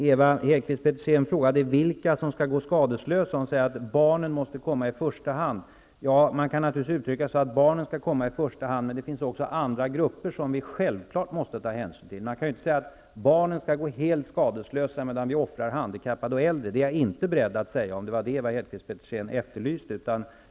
Ewa Hedqvist Petersen frågade vilka som skall gå skadeslösa. Hon sade att barnen måste komma i första hand. Man kan naturligtvis uttrycka det så att barnen skall komma i första hand, men det finns självfallet också andra grupper som vi måste ta hänsyn till. Vi kan inte säga att barnen skall gå helt skadeslösa medan vi offrar handikappade och äldre. Det är jag inte beredd att säga, om det var vad Ewa Hedqvist Petersen efterlyste.